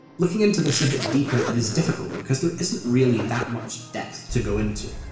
looking into this a bit deeper is difficult, because there isn't really that much depth to go into.